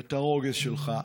את הרוגז שלך.